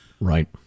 Right